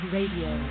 Radio